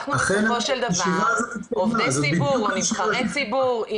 אנחנו בסופו של דבר עובדי ציבור, נבחרי ציבור.